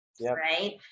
right